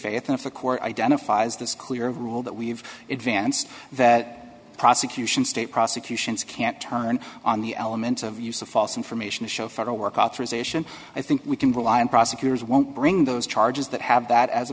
faith and if the court identifies this clear rule that we've advanced that prosecution state prosecutions can't turn on the elements of use of false information to show federal work authorization i think we can rely on prosecutors won't bring those charges that have that as a